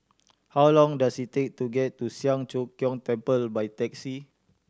how long does it take to get to Siang Cho Keong Temple by taxi